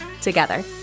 together